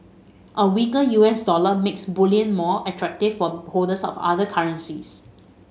a weaker U S dollar makes bullion more attractive for holders of other currencies